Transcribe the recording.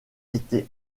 été